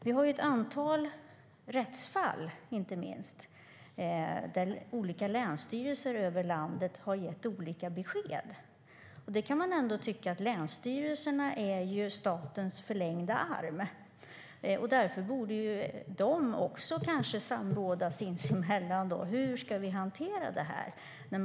Det finns ett antal rättsfall där olika länsstyrelser över landet har gett olika besked. Länsstyrelserna är ju statens förlängda arm. Därför borde de samråda sinsemellan i hur de ska hantera frågorna.